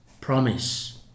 promise